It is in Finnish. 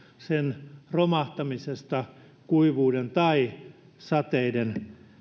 sen romahtamisesta kuivuuden tai sateiden